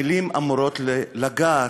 המילים אמורות לגעת,